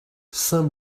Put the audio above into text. saint